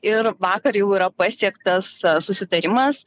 ir vakar jau yra pasiektas susitarimas